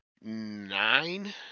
Nine